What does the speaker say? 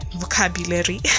vocabulary